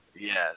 Yes